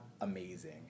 amazing